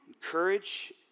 Courage